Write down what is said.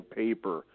paper